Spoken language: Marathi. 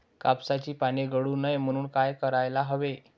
कापसाची पाने गळू नये म्हणून काय करायला हवे?